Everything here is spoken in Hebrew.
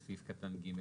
בסעיף קטן ג'.